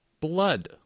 blood